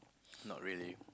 not really